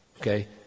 Okay